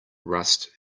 rust